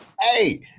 hey